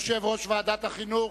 יושב-ראש ועדת החינוך.